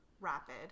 rapid